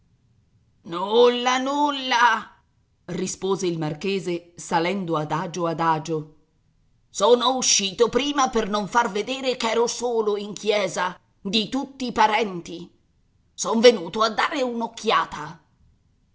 nulla nulla rispose il marchese salendo adagio adagio son uscito prima per non far vedere ch'ero solo in chiesa di tutti i parenti son venuto a dare